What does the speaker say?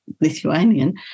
Lithuanian